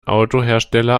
autohersteller